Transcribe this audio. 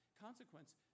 consequence